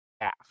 half